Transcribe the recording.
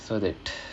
so that